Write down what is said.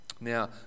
Now